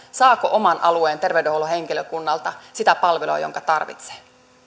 saako oman alueen terveydenhuollon henkilökunnalta sitä palvelua jonka tarvitsee